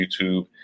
YouTube